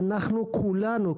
אנחנו כולנו,